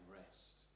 rest